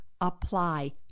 apply